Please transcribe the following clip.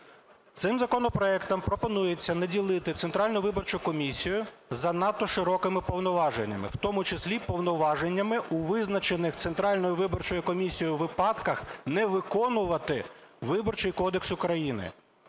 Цим законопроектом пропонується наділити Центральну виборчу комісію занадто широкими повноваження, в тому числі повноваженнями у визначених Центральною виборчою комісією випадках не виконувати Виборчий кодекс України.